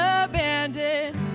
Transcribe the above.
abandoned